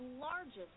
largest